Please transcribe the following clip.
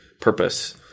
purpose